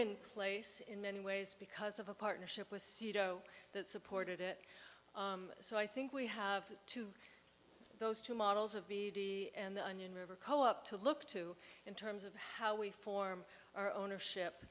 in place in many ways because of a partnership with sudo that supported it so i think we have to those two models of b d and the onion river co op to look to in terms of how we form our ownership